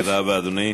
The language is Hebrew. תודה רבה, אדוני.